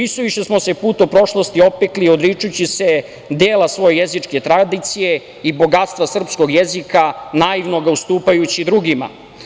Isuviše smo se u prošlosti opekli odričući se dela svoje jezičke tradicije i bogatstva srpskog jezika, naivno ga ustupajući drugima.